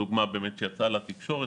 הדוגמה שיצאה לתקשורת,